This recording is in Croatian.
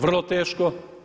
Vrlo teško.